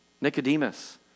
Nicodemus